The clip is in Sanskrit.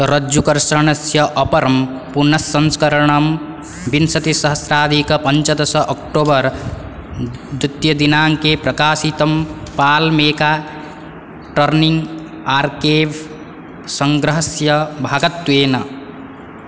रज्जुकर्षणस्य अपरं पुनस्संस्करणं विंशति सहस्राधिक पञ्चदश अक्टोबर् द्वितीयदिनाङ्के प्रकाशितम् पाल् मेका टर्निङ्ग् आर्केव् सङ्ग्रहस्य भागत्वेन